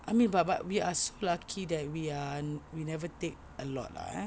I mean but but we are so lucky that we are we never take a lot lah eh